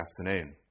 afternoon